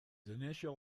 initial